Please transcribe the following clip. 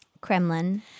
Kremlin